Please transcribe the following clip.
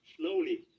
slowly